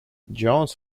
jones